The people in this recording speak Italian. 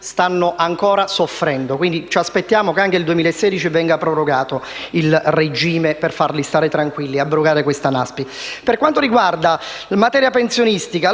stanno ancora soffrendo, quindi ci aspettiamo che anche per il 2016 venga prorogato il regime per farli star tranquilli, abrogando questa nuova indennità di disoccupazione (NASPI). Per quanto riguarda la materia pensionistica,